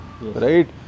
right